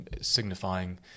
signifying